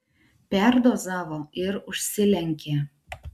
perdozavo ir užsilenkė